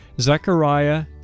Zechariah